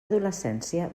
adolescència